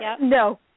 No